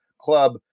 club